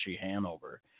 hanover